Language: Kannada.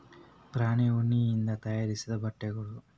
ಪ್ರಾಣಿ ಉಣ್ಣಿಯಿಂದ ತಯಾರಿಸಿದ ಬಟ್ಟೆಗಳು